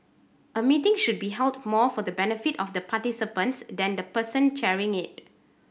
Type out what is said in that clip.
a meeting should be held more for the benefit of the participants than the person chairing it